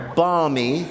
balmy